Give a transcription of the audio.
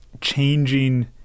changing